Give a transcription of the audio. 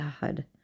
God